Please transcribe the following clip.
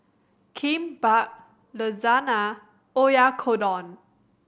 Kimbap Lasagna Oyakodon